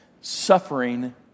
Suffering